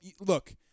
look